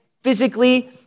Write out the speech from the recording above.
physically